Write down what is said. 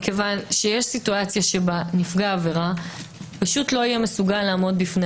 כי יש מקרים שנפגע/ת העבירה לא יהיה מסוגל לעמוד בפני